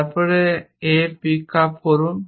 তারপর A pick up করুন